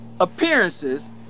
appearances